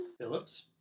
Phillips